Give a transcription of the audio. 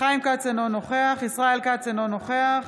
חיים כץ, אינו נוכח ישראל כץ, אינו נוכח